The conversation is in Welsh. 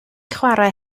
chwara